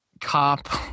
Cop